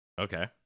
Okay